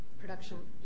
production